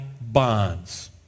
bonds